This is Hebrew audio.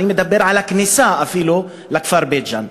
אני מדבר על הכניסה לכפר בית-ג'ן.